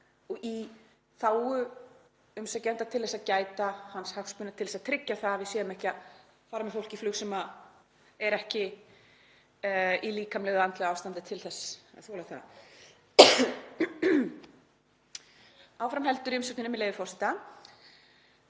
og í þágu umsækjanda, til að gæta hans hagsmuna, til þess að tryggja að við séum ekki að fara með fólk í flug sem er ekki í líkamlegu eða andlegu ástandi til þess að þola það. Áfram heldur í umsögninni, með leyfi forseta: